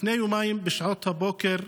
לפני יומיים, בשעות הבוקר,